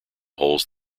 holds